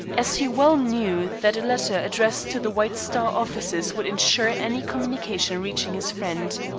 as he well knew that a letter addressed to the white star offices would insure any communication reaching his friend.